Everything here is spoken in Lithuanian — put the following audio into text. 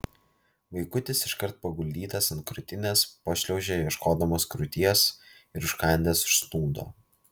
vaikutis iškart paguldytas ant krūtinės pašliaužė ieškodamas krūties ir užkandęs užsnūdo